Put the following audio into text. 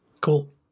Cool